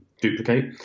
duplicate